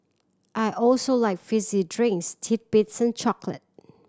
I also like fizzy drinks titbits and chocolate